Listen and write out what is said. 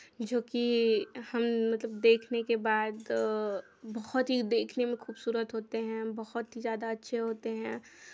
जो कि हम मतलब देखने के बाद बहुत ही देखने में खूबसूरत होते हैं बहुत ही ज़्यादा अच्छे होते हैं